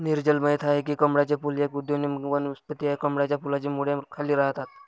नीरजल माहित आहे की कमळाचे फूल एक उदयोन्मुख वनस्पती आहे, कमळाच्या फुलाची मुळे खाली राहतात